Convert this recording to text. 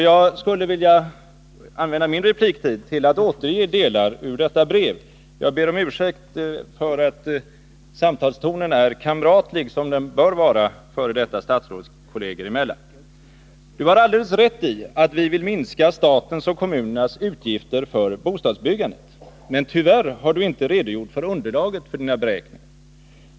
Jag skulle vilja använda min repliktid till att återge delar ur detta brev — jag ber om ursäkt för att samtalstonen är kamratlig, som den bör vara f.d. statsrådskolleger emellan: Du har alldeles rätt i att vi vill minska statens och kommunernas utgifter för bostadsbyggandet. Men tyvärr har Du inte redogjort för underlaget för Dina beräkningar.